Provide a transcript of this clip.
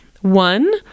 one